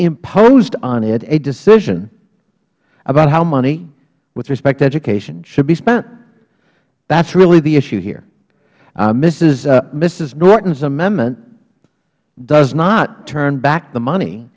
imposed on it a decision about how money with respect to education should be spent that is really the issue here ms norton's amendment does not turn back the money